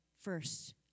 first